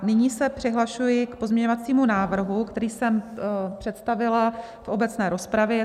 Nyní se přihlašuji k pozměňovacímu návrhu, který jsem představila v obecné rozpravě.